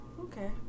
Okay